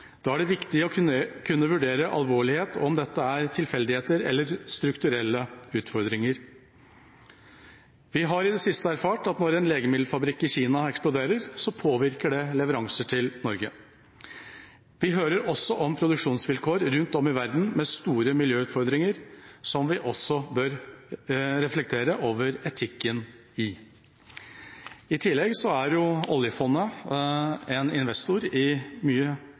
Da er det viktig å kunne vurdere alvorlighet: om dette er tilfeldigheter eller strukturelle utfordringer. Vi har i det siste erfart at når en legemiddelfabrikk i Kina eksploderer, påvirker det leveranser til Norge. Vi hører også om produksjonsvilkår rundt om i verden med store miljøutfordringer som vi også bør reflektere over etikken i. I tillegg er oljefondet investor i mye